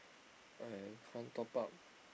I can't top up